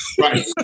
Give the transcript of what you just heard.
Right